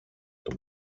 του